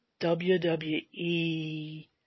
WWE